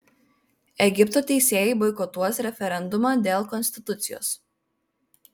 egipto teisėjai boikotuos referendumą dėl konstitucijos